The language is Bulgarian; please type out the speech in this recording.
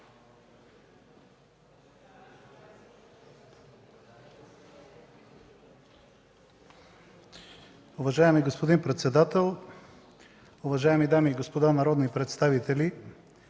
Уважаеми господин председател, уважаеми дами и господа народни представители!